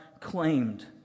claimed